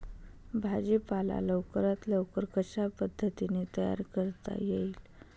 भाजी पाला लवकरात लवकर कशा पद्धतीने तयार करता येईल?